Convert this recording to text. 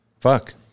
Fuck